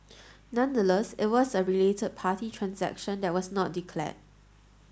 nonetheless it was a related party transaction that was not declared